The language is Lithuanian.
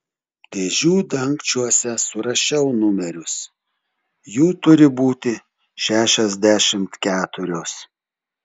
dėžių dangčiuose surašiau numerius jų turi būti šešiasdešimt keturios